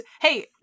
Hey